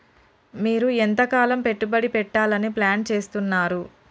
మీరు ఎంతకాలం పెట్టుబడి పెట్టాలని ప్లాన్ చేస్తున్నారు?